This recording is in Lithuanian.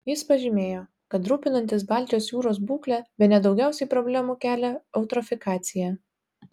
jis pažymėjo kad rūpinantis baltijos jūros būkle bene daugiausiai problemų kelia eutrofikacija